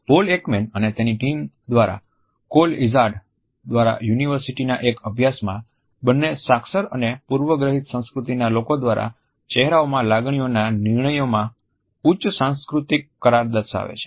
pole Ekman અને તેની ટીમ દ્વારા અને ક્રોલ ઇઝાર્ડ દ્વારા યુનિવર્સિટીના એક અભ્યાસ માં બંને સાક્ષર અને પૂર્વગ્રહિત સંસ્કૃતિના લોકો દ્વારા ચહેરાઓમાં લાગણીઓના નિર્ણયોમાં ઉચ્ચ સાંસ્કૃતિક કરાર દર્શાવે છે